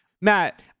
Matt